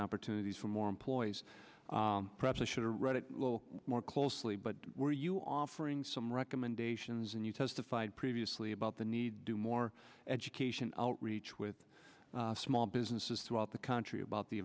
opportunities for more employees perhaps i should have read it more closely but were you offering some recommendations and you testified previously about the need to do more education outreach with small businesses throughout the country about the